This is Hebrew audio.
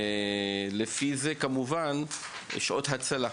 ולפי זה גם שעות ההצלה.